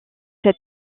cette